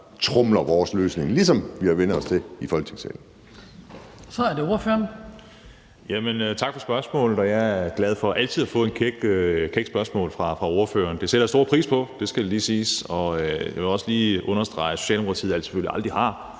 tromler vores løsning igennem, ligesom vi har vænnet os til i Folketingssalen.